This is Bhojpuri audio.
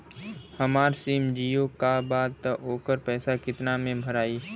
हमार सिम जीओ का बा त ओकर पैसा कितना मे भराई?